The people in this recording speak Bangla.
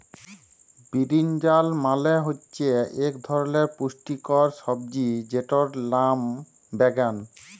বিরিনজাল মালে হচ্যে ইক ধরলের পুষ্টিকর সবজি যেটর লাম বাগ্যুন